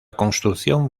construcción